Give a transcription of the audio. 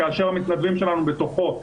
כאשר המתנדבים שלנו בתוכו,